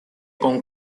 con